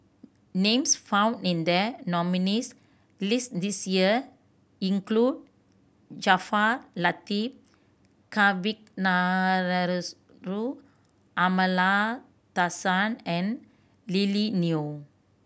names found in the nominees' list this year include Jaafar Latiff Amallathasan and Lily Neo